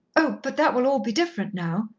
oh, but that will all be different now,